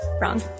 wrong